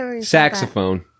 Saxophone